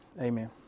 Amen